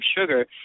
sugar